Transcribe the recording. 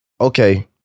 okay